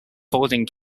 folding